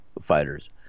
fighters